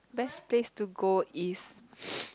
best place to go is